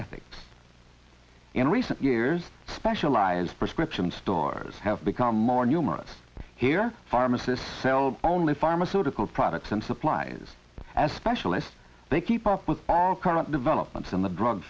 ethics in recent years specialized prescription stores have become more numerous here pharmacists sell only pharmaceutical products and supplies as specialist they keep up with all current developments in the drug